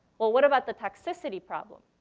well what about the toxicity problem?